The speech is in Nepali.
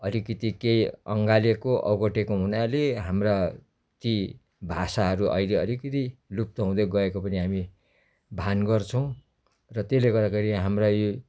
अलिकति केही अङ्गालेको ओगटेको हुनाले हाम्रा ती भाषाहरू अहिले अलिकति लुप्त हुँदै गएको पनि हामी भान गर्छौँ र त्यसले गर्दाखेरि हाम्रा यी